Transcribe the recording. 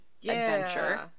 adventure